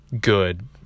good